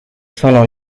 salo